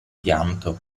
pianto